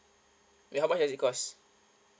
ya how much does it cost